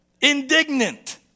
Indignant